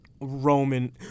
Roman